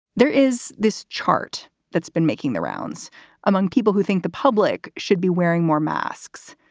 there is this chart that's been making the rounds among people who think the public should be wearing more masks.